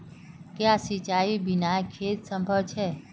क्याँ सिंचाईर बिना खेत असंभव छै?